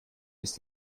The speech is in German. ist